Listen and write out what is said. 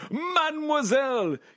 Mademoiselle